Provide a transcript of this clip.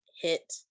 hit